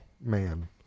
man